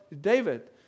David